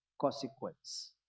consequence